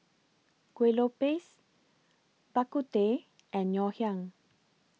Kuih Lopes Bak Kut Teh and Ngoh Hiang